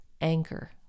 anchor